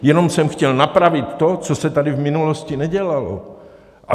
Jenom jsem chtěl napravit to, co se tady v minulosti nedělalo.